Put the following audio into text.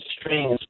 strings